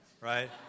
right